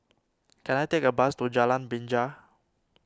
can I take a bus to Jalan Binja